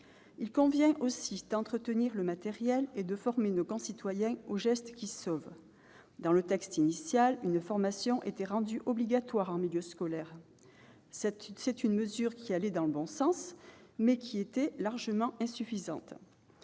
Il convient aussi d'entretenir le matériel et de former nos concitoyens aux gestes qui sauvent. Dans le texte initial, une formation était rendue obligatoire en milieu scolaire. C'est une mesure qui allait dans le bon sens, mais qui était largement insuffisante.